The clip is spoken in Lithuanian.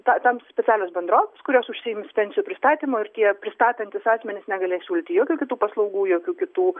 ta tam specialios bendrovės kurios užsiims pensijų pristatymu ir tie pristatantys asmenys negalės siūlyti jokių kitų paslaugų jokių kitų